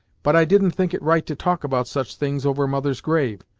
but i didn't think it right to talk about such things over mother's grave!